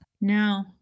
No